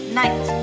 night